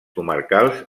comarcals